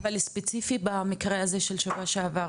אבל ספציפי במקרה הזה של שבוע שעבר,